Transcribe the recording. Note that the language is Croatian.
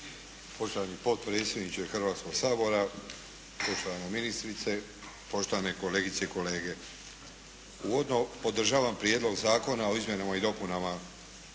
Poštovani potpredsjedniče Hrvatskog sabora, poštovana ministrice, poštovane kolegice i kolege. Uvodno podržavam Prijedlog zakona o izmjenama i dopunama